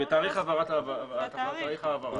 ותאריך העברה.